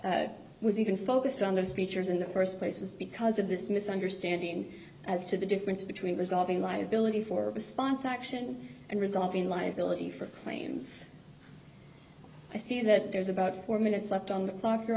court was even focused on the speeches in the st place was because of this misunderstanding as to the difference between resolving liability for response action and resolving liability for claims i see that there's about four minutes left on the clock